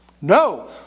No